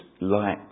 light